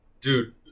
Dude